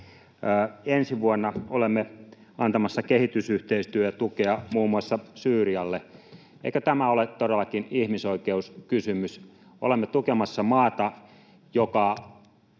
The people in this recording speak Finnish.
Ensi vuonna olemme antamassa kehitysyhteistyötukea muun muassa Syyrialle. Eikö tämä ole todellakin ihmisoikeuskysymys? Olemme tukemassa maata, joka